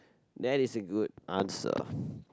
that is a good answer